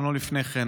גם לא לפני כן.